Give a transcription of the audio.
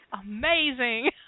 amazing